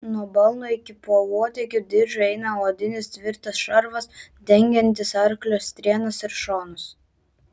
nuo balno iki pauodegio diržo eina odinis tvirtas šarvas dengiantis arklio strėnas ir šonus